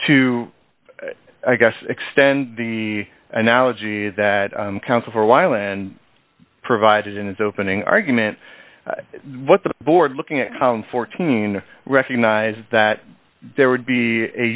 two i guess extend the analogy that counsel for a while and provided in his opening argument what the board looking at town fourteen recognize that there would be a